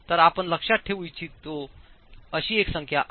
तर आपण लक्षात ठेवू इच्छित अशी एक संख्या आहे